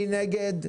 מי נגד?